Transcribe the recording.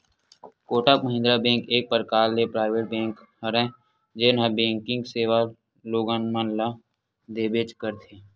Kotak Mahindra bank एक परकार ले पराइवेट बेंक हरय जेनहा बेंकिग सेवा लोगन मन ल देबेंच करथे